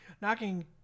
knocking